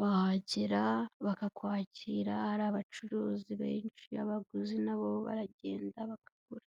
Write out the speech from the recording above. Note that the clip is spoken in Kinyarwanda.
Wahagera bakakwakira, ari abacuruzi benshi, abaguzi nabo baragenda bakagura.